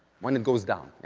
when it goes down, yeah.